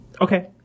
Okay